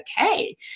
okay